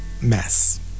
mess